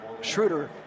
Schroeder